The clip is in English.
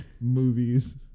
movies